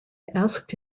asked